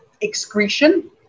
excretion